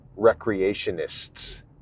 recreationists